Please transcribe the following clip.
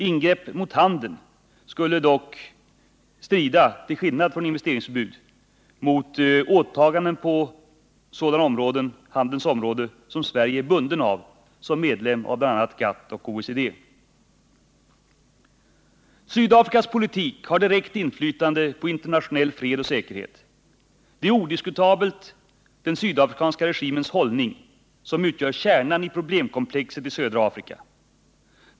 Ingrepp mot handeln skulle dock, till skillnad från ett investeringsförbud, strida mot åtaganden på handelns område som Sverige är bundet av som medlem av bl.a. GATT och OECD. Sydafrikas politik har direkt inflytande på internationell fred och säkerhet. Det är odiskutabelt den sydafrikanska regimens hållning som utgör kärnan i problemkomplexet i södra Afrika.